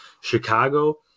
Chicago